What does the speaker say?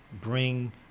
bring